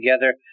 together